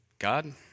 God